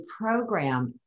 program